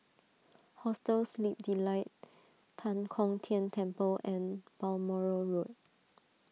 Hostel Sleep Delight Tan Kong Tian Temple and Balmoral Road